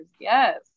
yes